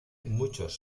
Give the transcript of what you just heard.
muchos